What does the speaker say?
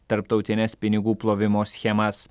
tarptautines pinigų plovimo schemas